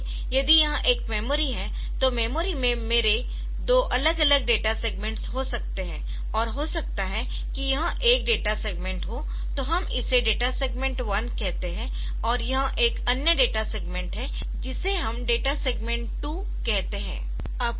इसलिए यदि यह एक मेमोरी है तो मेमोरी में मेरे दो अलग अलग डेटा सेग्मेंट्स हो सकते है और हो सकता है कि यह एक डेटा सेगमेंट हो तो हम इसे डेटा सेगमेंट 1 कहते है और यह एक अन्य सेगमेंट है जिसे हम डेटा सेगमेंट 2 कहते है